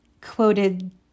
quoted